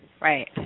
Right